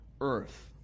earth